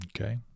Okay